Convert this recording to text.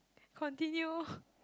continue